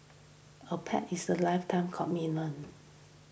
a pet is a lifetime commitment